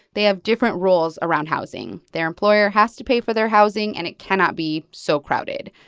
they have different rules around housing. their employer has to pay for their housing, and it cannot be so crowded.